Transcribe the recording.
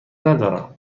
ندارم